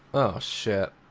shit,